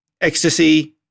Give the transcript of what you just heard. Ecstasy